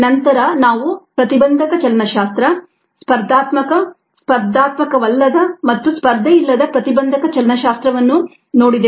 ನಂತರ ನಾವು ಪ್ರತಿಬಂಧಕ ಚಲನಶಾಸ್ತ್ರ ಸ್ಪರ್ಧಾತ್ಮಕ ಸ್ಪರ್ಧಾತ್ಮಕವಲ್ಲದ ಮತ್ತು ಸ್ಪರ್ಧೆಯಿಲ್ಲದ ಪ್ರತಿಬಂಧಕ ಚಲನಶಾಸ್ತ್ರವನ್ನೂ ನೋಡಿದೆವು